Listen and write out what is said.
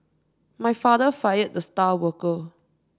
my father fired the star worker